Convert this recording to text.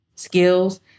Skills